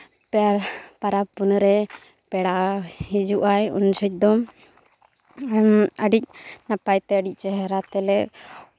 ᱯᱮᱲᱟ ᱯᱟᱨᱟᱵᱽ ᱯᱩᱱᱟᱹᱭ ᱨᱮ ᱯᱮᱲᱟ ᱦᱤᱡᱩᱜᱼᱟᱭ ᱩᱱ ᱡᱚᱦᱚᱡᱽ ᱫᱚ ᱟᱹᱰᱤ ᱱᱟᱯᱟᱭ ᱛᱮ ᱟᱹᱰᱤ ᱪᱮᱦᱨᱟ ᱛᱮᱞᱮ